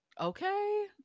Okay